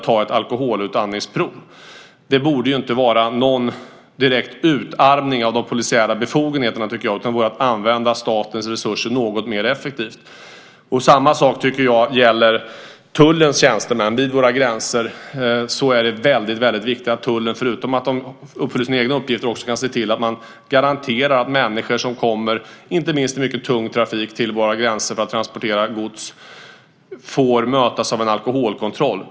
Det borde inte innebära någon direkt utarmning av de polisiära befogenheterna, utan jag tycker att det vore att använda statens resurser något mer effektivt. Samma sak gäller tullens tjänstemän. Vid våra gränser är det viktigt att tullen förutom att den uppfyller sin egen uppgift kan se till att den garanterar att människor som kommer, inte minst i tung trafik, till våra gränser för att transportera gods får mötas av en alkoholkontroll.